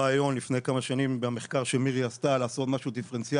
בכמה תקבל